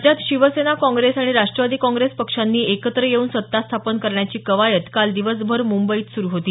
राज्यात शिवसेना काँग्रेस आणि राष्ट्रवादी काँग्रेस पक्षांनी एकत्र येऊन सत्ता स्थापन करण्याची कवायत काल दिवसभर मुंबईत सुरू होती